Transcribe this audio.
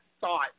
thought